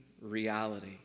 reality